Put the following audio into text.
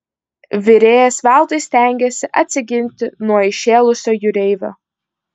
virėjas veltui stengėsi atsiginti nuo įšėlusio jūreivio